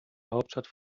hauptstadt